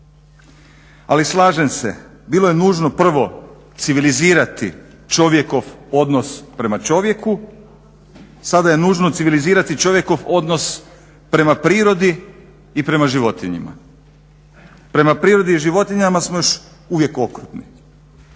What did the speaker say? Ali slažem se bilo je nužno prvo civilizirati čovjekov odnos prema čovjeku, sada je nužno civilizirati čovjekov odnos prema prirodi i prema životinjama. Prema prirodi i životinjama smo još uvijek okrutni.